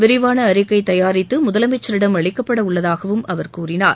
விரிவான அறிக்கை தயாரித்து அதனை முதலமைச்சரிடம் அளிக்கப்பட உள்ளதாகவும் அவர் கூறினார்